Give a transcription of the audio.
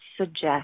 suggest